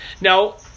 now